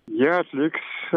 jie atliks